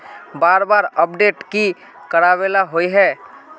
बार बार अपडेट की कराबेला होय है?